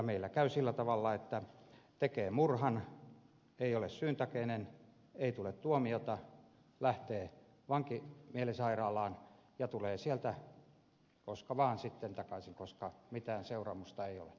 meillä käy sillä tavalla että tekee murhan ei ole syyntakeinen ei tule tuomiota lähtee vankimielisairaalaan ja tulee sieltä koska vaan sitten takaisin koska mitään seuraamusta ei ole